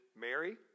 Mary